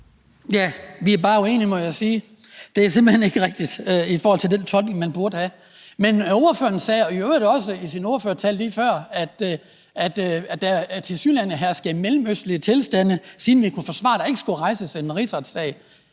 Næh, vi er bare uenige, må jeg sige. Det er simpelt hen ikke rigtigt i forhold til den tolkning, man burde have. Men ordføreren sagde i øvrigt også i sin ordførertale lige før, at der tilsyneladende herskede mellemøstlige tilstande, siden man kunne forsvare, at der ikke skulle rejses en rigsretssag.